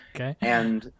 Okay